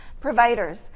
providers